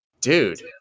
dude